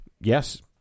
Yes